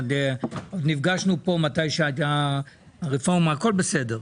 נפגשנו פה כשהייתה הרפורמה והכול בסר.